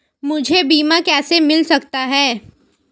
मुझे बीमा कैसे मिल सकता है?